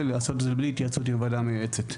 לעשות את זה בלי התייעצות עם הוועדה המייעצת.